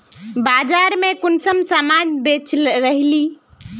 बाजार में कुंसम सामान बेच रहली?